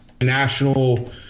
National